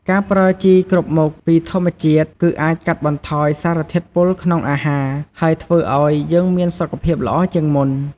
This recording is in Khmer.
ការប្រើជីគ្រប់មុខពីធម្មជាតិ គឺអាចកាត់បន្ថយសារធាតុពុលក្នុងអាហារ ហើយធ្វើអោយយើងមានសុខភាពល្អជាងមុន។